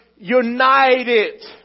United